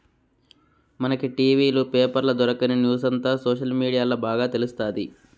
మనకి టి.వీ లు, పేపర్ల దొరకని న్యూసంతా సోషల్ మీడియాల్ల బాగా తెలుస్తాది